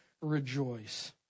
rejoice